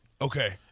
okay